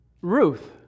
Ruth